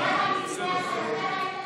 טוב שנזכרתם.